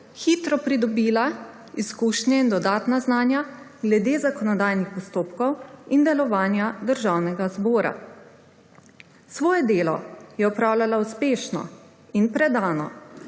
hitro pridobila izkušnje in dodatna znanja glede zakonodajnih postopkov in delovanja Državnega zbora. Svoje delo je opravljala uspešno in predano,